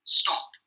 stop